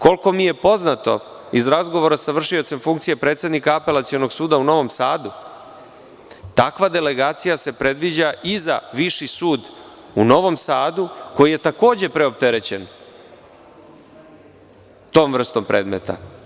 Koliko mi je poznato iz razgovora sa vršiocem funkcije predsednika Apelacionog suda u Novom Sadu, takva delegacija se predviđa i za Viši sud u Novom Sadu koji je takođe preopterećen tom vrstom predmeta.